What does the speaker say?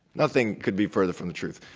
nothing could be further from the truth.